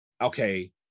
Okay